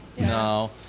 No